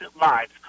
lives